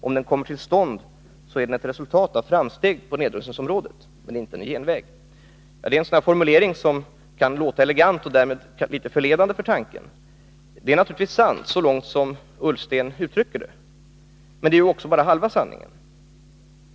Om den kommer till stånd är den ett resultat av framsteg på nedrustningsområdet.” En kärnvapenfri zon är alltså inte en genväg. Det är en formulering som kan låta elegant och därmed förledande för tanken. Det som Ola Ullsten säger är naturligtvis sant, men det är bara halva sanningen.